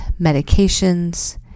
medications